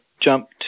jump